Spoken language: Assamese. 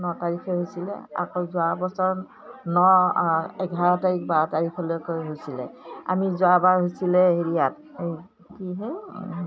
ন তাৰিখে হৈছিলে আকৌ যোৱা বছৰ ন এঘাৰ তাৰিখ বাৰ তাৰিখলৈকৈ হৈছিলে আমি যোৱাবাৰ হৈছিলে হেৰিয়াত এই কিহে